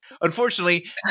unfortunately